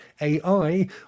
AI